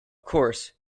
course